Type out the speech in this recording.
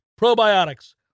probiotics